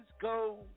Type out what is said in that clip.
go